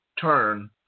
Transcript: turn